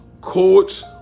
courts